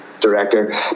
director